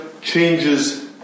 changes